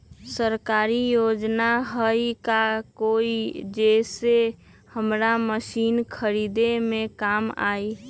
सरकारी योजना हई का कोइ जे से हमरा मशीन खरीदे में काम आई?